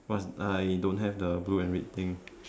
what's I don't have the blue and red thing